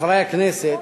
חברי הכנסת,